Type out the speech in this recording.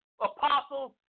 apostles